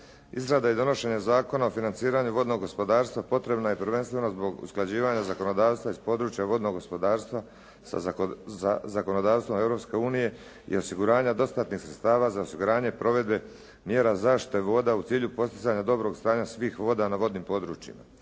Izrada i donošenja Zakon o financiranju vodnog gospodarstva potrebna je prvenstveno zbog usklađivanja zakonodavstva iz područja vodnog gospodarstva sa zakonodavstvom Europske unije i osiguranja dostatnih sredstava za osiguranje provedbe mjere zaštita voda u cilju postizanja dobrog stanja svih voda na vodnim područjima.